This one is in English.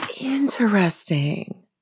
Interesting